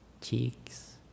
cheeks